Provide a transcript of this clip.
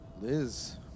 Liz